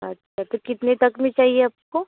अच्छा तो कितने तक में चाहिए आपको